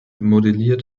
modelliert